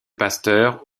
pasteurs